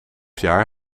jaar